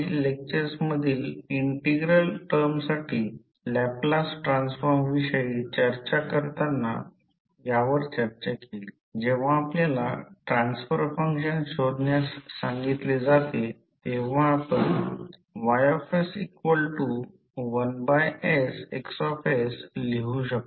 तर सिमेट्रीप्रमाणे या कोरमध्ये H कॉन्स्टंट आहे कारण ती प्रत्येक फ्लक्स लाईनला गोल असते आणि मीन फ्लक्स लाइन म्हणजे radius capital R magnetizing force किंवा मग्नेटीक इंटेनसिटी हे H NI 2 π R असे लिहिले जाऊ शकते